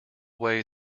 way